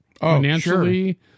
financially